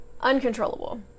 Uncontrollable